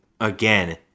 again